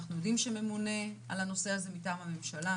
אנחנו יודעים שממונה על הנושא הזה מטעם הממשלה,